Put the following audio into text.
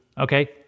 okay